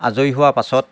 আজৰি হোৱা পাছত